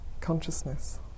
consciousness